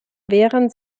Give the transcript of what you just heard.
während